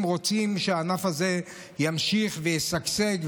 אם רוצים שהענף הזה ימשיך וישגשג,